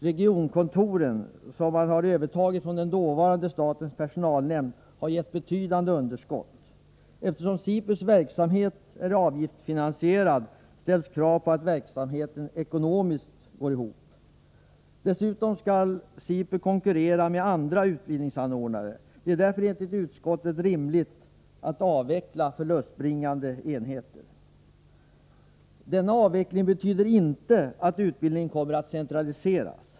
Regionkontoren, som SIPU övertagit från förutvarande statens personalnämnd, har gett betydande underskott. Eftersom SIPU:s verksamhet är avgiftsfinansierad ställs krav på att den ekonomiskt skall gå ihop. Dessutom skall SIPU konkurrera med andra utbildningsanordnare. Mot denna bakgrund är det enligt utskottet rimligt att SIPU avvecklar förlustbringande enheter. Denna avveckling betyder inte att utbildningen kommer att centraliseras.